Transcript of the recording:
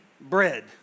bread